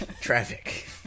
traffic